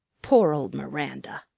poor old miranda!